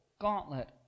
gauntlet